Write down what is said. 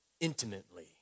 intimately